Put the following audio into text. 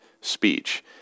speech